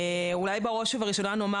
בראש ובראשונה,